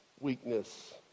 weakness